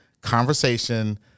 conversation